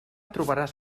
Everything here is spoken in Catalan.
trobaràs